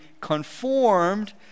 conformed